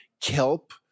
kelp